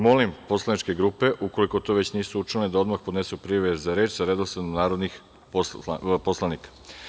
Molim poslaničke grupe, ukoliko to već nisu učinile, da odmah podnesu prijave za reč sa redosledom narodnih poslanika.